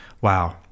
wow